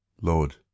Lord